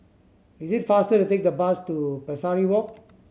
is it faster to take the bus to Pesari Walk